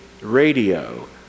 radio